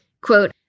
Quote